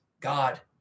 God